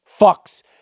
fucks